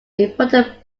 important